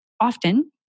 often